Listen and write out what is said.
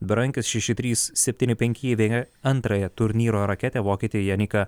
berankis šeši trys septyni penki įveikė antrąją turnyro raketę vokietį jeniką